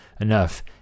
enough